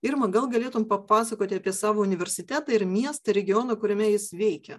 irma gal galėtum papasakoti apie savo universitetą ir miestą regioną kuriame jis veikia